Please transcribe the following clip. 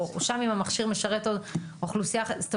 או אם המכשיר משרת עוד אוכלוסייה אחרת זאת,